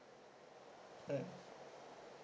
mm